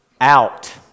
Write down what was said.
out